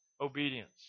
obedience